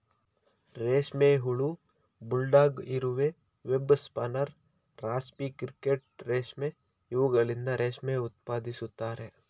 ರೇಷ್ಮೆ ಹುಳ, ಬುಲ್ಡಾಗ್ ಇರುವೆ, ವೆಬ್ ಸ್ಪಿನ್ನರ್, ರಾಸ್ಪಿ ಕ್ರಿಕೆಟ್ ರೇಷ್ಮೆ ಇವುಗಳಿಂದ ರೇಷ್ಮೆ ಉತ್ಪಾದಿಸುತ್ತಾರೆ